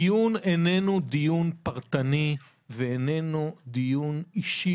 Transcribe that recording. הדיון איננו דיון פרטני ואיננו דיון אישי,